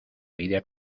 vida